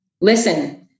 listen